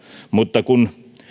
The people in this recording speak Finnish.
mutta kun